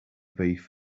beef